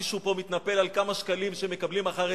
מישהו פה מתנפל על כמה שקלים שמקבלים החרדים,